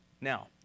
Now